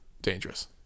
dangerous